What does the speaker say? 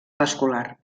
vascular